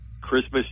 Christmas